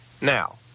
now